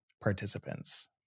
participants